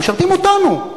משרתים אותנו.